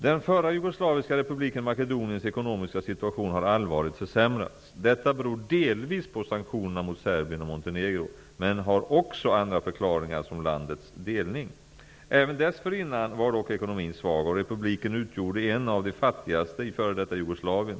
Den förra jugoslaviska republiken Makedoniens ekonomiska situation har allvarligt försämrats. Detta beror delvis på sanktionerna mot Serbien och Montenegro, men har också andra förklaringar, som landets delning. Även dessförinnan var dock ekonomin svag, och republiken utgjorde en av de fattigaste i f.d. Jugoslavien.